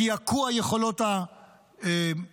לקעקוע היכולות האזרחיות